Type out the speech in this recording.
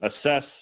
assess